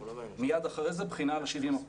ומיד אחרי זה בחינה על ה-70%.